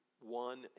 one